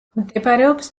მდებარეობს